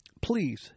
Please